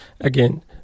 Again